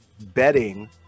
betting